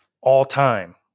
all-time